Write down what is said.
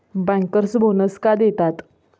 Bankers bonus का देतात?